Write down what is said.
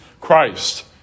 Christ